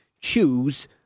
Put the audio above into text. choose